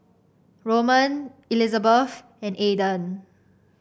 Roman Elizabeth and Aaden